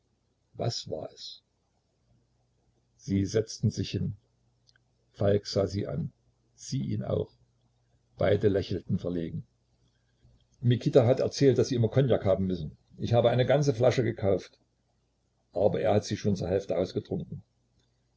was war es sie setzten sich hin falk sah sie an sie ihn auch beide lächelten verlegen mikita hat erzählt daß sie immer cognac haben müssen ich habe eine ganze flasche gekauft aber er hat sie schon zur hälfte ausgetrunken